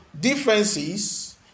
differences